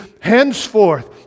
Henceforth